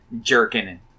jerking